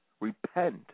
repent